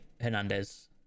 Hernandez